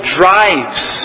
drives